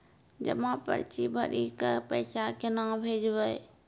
जमा पर्ची भरी के पैसा केना भेजबे?